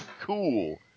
cool